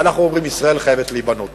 ואנחנו אומרים: ישראל חייבת להיבנות.